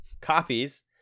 Copies